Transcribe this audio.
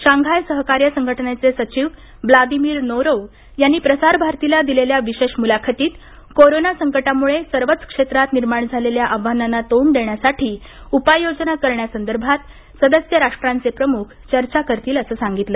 Shanghai सहकार्य संघटनेचे सचिव ब्लादिमीर नोरोव यांनी प्रसारभारतीला दिलेल्या विशेष मुलाखतीत कोरोना संकटामुळे सर्वच क्षेत्रात निर्माण झालेल्या आव्हानांना तोंड देण्यासाठी उपाययोजना करण्यासंदर्भात सदस्य राष्ट्रांचे प्रमुख चर्चा करतील असं सांगितलं